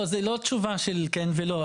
לא, זו לא תשובה של כן ולא.